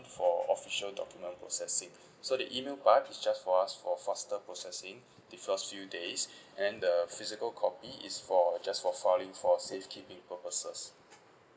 for official document processing so the email part is just for us for faster processing the first few days and then the physical copy is for just for filing for safekeeping purposes